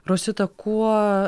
rosita kuo